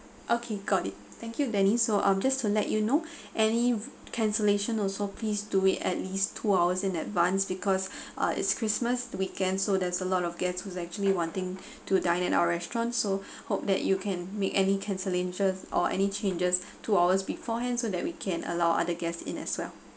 okay got it thank you denny so um just to let you know any cancellation also please do it at least two hours in advance because uh it's christmas weekend so there's a lot of gets who's actually wanting to dine in our restaurants so hope that you can make any cancellations or any changes two hours beforehand so that we can allow other guest in as well